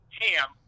ham